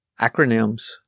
Acronyms